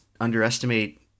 underestimate